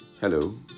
Hello